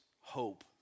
hope